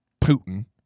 Putin